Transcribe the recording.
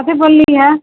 कथि बोलली हऽ